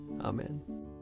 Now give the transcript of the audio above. Amen